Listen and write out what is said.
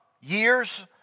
years